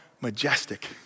majestic